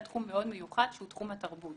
על תחום מאוד מיוחד שהוא תחום התרבות,